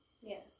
Yes